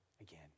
again